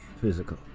physical